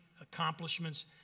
accomplishments